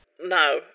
No